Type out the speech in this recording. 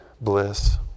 bliss